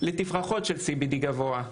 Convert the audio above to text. לתפרחות של CBD גבוה,